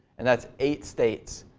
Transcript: and that's eight states.